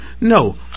no